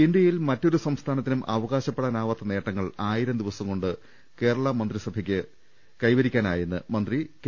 ഇന്ത്യയിൽ മറ്റൊരു സംസ്ഥാനത്തിനും അവകാശപ്പെടാനാവാത്ത നേട്ട ങ്ങൾ ആയിരംദിവസംകൊണ്ട് കേരളാ മന്ത്രിസഭയ്ക്ക് കൈവരിക്കാനായെന്ന് മന്ത്രി കെ